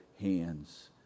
hands